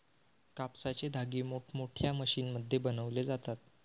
कापसाचे धागे मोठमोठ्या मशीनमध्ये बनवले जातात